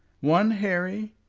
one, harry!